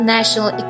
National